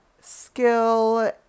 skill